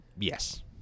Yes